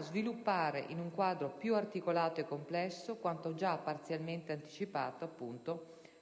sviluppa, in un quadro più articolato e complesso, quanto già parzialmente anticipato